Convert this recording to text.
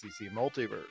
multiverse